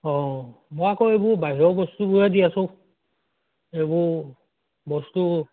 অঁ মই আকৌ এইবোৰ বাহিৰৰ বস্তুবোৰহে দি আছোঁ এইবোৰ বস্তু